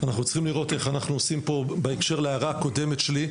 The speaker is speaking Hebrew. אנחנו צריכים איך אנחנו עושים פה בהקשר להערה הקודמת שלי,